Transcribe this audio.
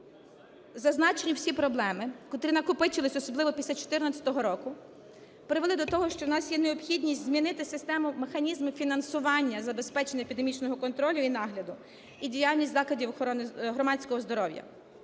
зазначені всі проблеми, котрі накопичились, особливо після 14-го року, привели до того, що у нас є необхідність змінити систему механізмів фінансування забезпечення епідемічного контролю і нагляду, і діяльність закладів громадського здоров'я.